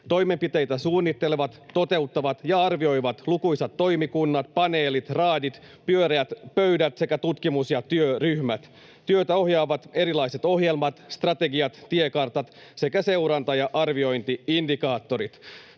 Toimenpiteitä suunnittelevat, toteuttavat ja arvioivat lukuisat toimikunnat, paneelit, raadit, pyöreät pöydät sekä tutkimus‑ ja työryhmät. Työtä ohjaavat erilaiset ohjelmat, strategiat, tiekartat sekä seuranta‑ ja arviointi-indikaattorit.